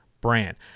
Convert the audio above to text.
brand